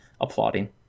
applauding